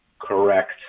correct